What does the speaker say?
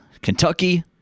Kentucky